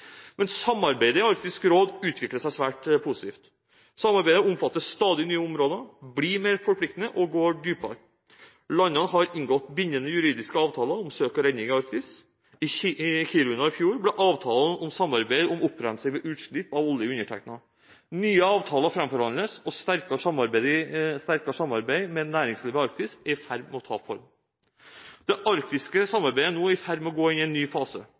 Samarbeidet i Arktisk råd utvikler seg svært positivt. Samarbeidet omfatter stadig nye områder, blir mer forpliktende og går dypere. Landene har inngått bindende juridiske avtaler om søk og redning i Arktis. I Kiruna i fjor ble avtalen om samarbeid om opprensing ved utslipp av olje undertegnet. Nye avtaler framforhandles, og sterkere samarbeid med næringslivet i Arktis er i ferd med å ta form. Det arktiske samarbeidet er nå i ferd med å gå inn i en ny fase.